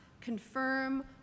confirm